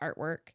artwork